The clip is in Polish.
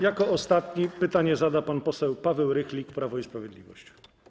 Jako ostatni pytanie zada pan poseł Paweł Rychlik, Prawo i Sprawiedliwość.